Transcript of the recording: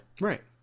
right